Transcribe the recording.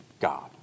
god